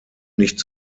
nicht